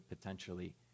potentially